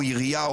או עירייה,